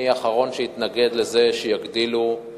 אני האחרון שאתנגד להגדלת